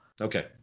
okay